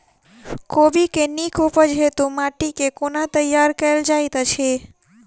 कोबी केँ नीक उपज हेतु माटि केँ कोना तैयार कएल जाइत अछि?